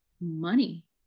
money